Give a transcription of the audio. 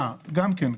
גם כן,